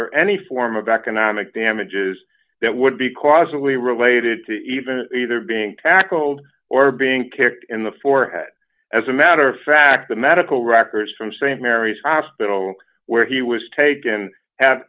or any form of economic damages that would be causally related to even either being tackled or being kicked in the forehead as a matter of fact the medical records from st mary's hospital where he was taken have